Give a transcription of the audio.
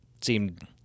seemed